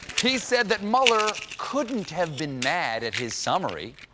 he said that mueller couldn't have been mad at his summary,